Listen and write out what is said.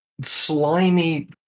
slimy